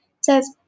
says